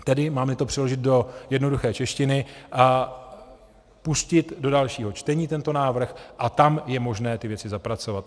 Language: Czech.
Tedy, mámli to přeložit do jednoduché češtiny, pustit do dalšího čtení tento návrh a tam je možné tyto věci zapracovat.